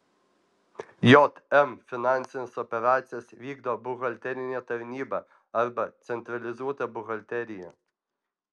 jm finansines operacijas vykdo buhalterinė tarnyba arba centralizuota buhalterija